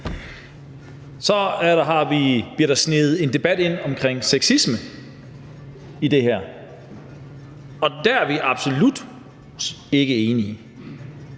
Så bliver der sneget en debat om sexisme ind, og der er vi absolut ikke enige.